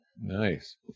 Nice